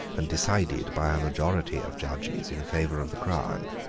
and decided by a majority of judges in favour of the crown.